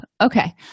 Okay